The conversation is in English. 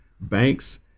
banks